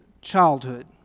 childhood